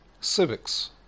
civics